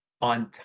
on